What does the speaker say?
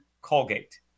Colgate